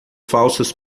falsas